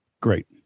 Great